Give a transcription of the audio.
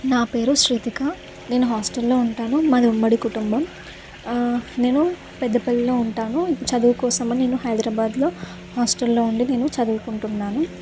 నా పేరు శృతిక నేను హాస్టల్లో ఉంటాను మాది ఉమ్మడి కుటుంబం నేను పెద్దపల్లిలో ఉంటాను ఇప్పుడు చదువు కోసం అని నేను హైదరాబాద్లో హాస్టల్లో ఉండి నేను చదువుకుంటున్నాను